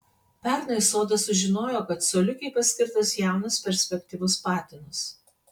pernai sodas sužinojo kad coliukei paskirtas jaunas perspektyvus patinas